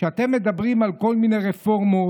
כשאתם מדברים על כל מיני רפורמות